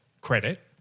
credit